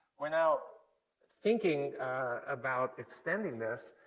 we're now thinking about extending this,